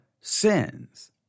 sins